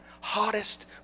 hottest